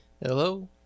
Hello